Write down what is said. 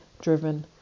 driven